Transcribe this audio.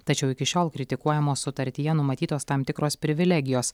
tačiau iki šiol kritikuojamos sutartyje numatytos tam tikros privilegijos